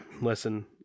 listen